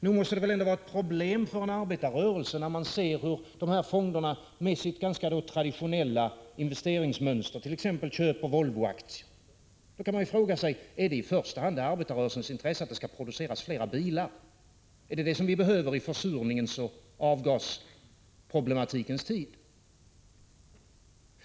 Nog måste det väl också vara ett problem för en arbetarrörelse att dessa fonder har ett så traditionellt investeringsmönster, innefattande t.ex. köp av Volvoaktier. Man kan fråga sig om det i första hand är arbetarrörelsens intresse att det skall produceras mera bilar. Är det vad vi behöver i försurningens och avgasproblematikens tid?